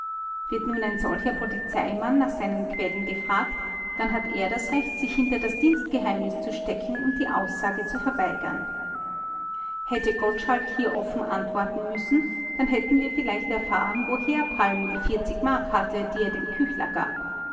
wird nun ein solcher polizeimann nach seinen quellen gefragt dann hat er das recht sich hinter das dienstgeheimnis zu stecken und die aussage zu verweigern hätte gottschalk hier offen antworten müssen dann hätten wir vielleicht erfahren woher palm die mark hatte die er dem küchler gab